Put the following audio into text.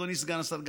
אדוני סגן השר,